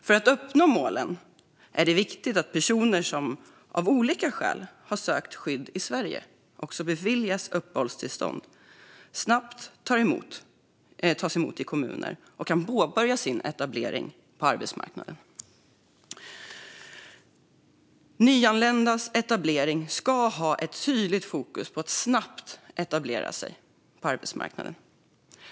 För att uppnå målen är det viktigt att personer som av olika skäl har sökt skydd i Sverige och beviljas uppehållstillstånd snabbt tas emot i kommuner och kan påbörja sin etablering på arbetsmarknaden. Nyanländas etablering ska ha ett tydligt fokus på snabb etablering på arbetsmarknaden.